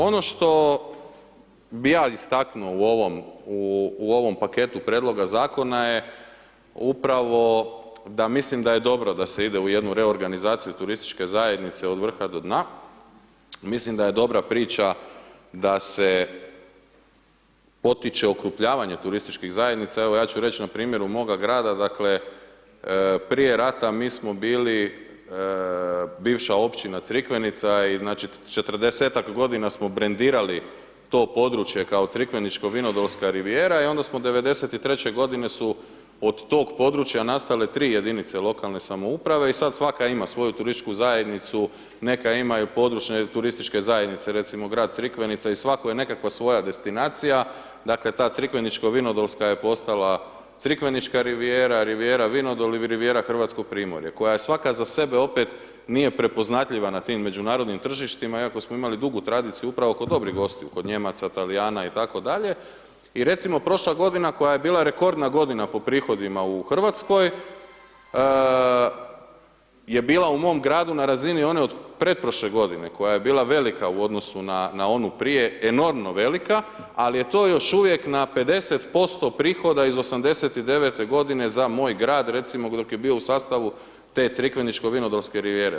Ono što bi ja istaknuo u ovom paketu Prijedloga Zakona je upravo da mislim da je dobro da se ide u jednu reorganizaciju turističke zajednice od vrha do dna, mislim da je dobra priča da se potiče okrupnjavanje turističkih zajednica, evo ja ću reć' na primjer, u moga grada dakle, prije rata mi smo bili bivša Općina Crikvenica i znači, 40-ak godina smo brendirali to područje kao Crikveničko-Vinodolska rivijera i onda smo 1993. godine su od tog područja, nastale tri jedinice lokalne samouprave i sad svaka ima svoju turističku zajednicu, neka imaju područne turističke zajednice, recimo grad Crikvenica i svako je nekakva svoja destinacija, dakle ta Crikveničko-Vinodolska je postala Crikvenička rivijera, rivijera Vinodol i rivijera Hrvatsko Primorje, koja je svaka za sebe opet, nije prepoznatljiva na tim međunarodnim tržištima iako smo imali dugu tradiciju upravo kod dobrih gostiju, kod Nijemaca, Talijana i tak dalje, i recimo prošla godina koja je bila rekordna godina po prihodima u Hrvatskoj, je bila u mom gradu na razini one od pretprošle godine koja je bila velika u odnosu na onu prije, enormno velika, al' je to još uvijek na 50% prihoda iz 1989. godine za moj grad, recimo dok je bio u sastavu te Crikveničko-Vinodolske rivijere.